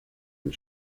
and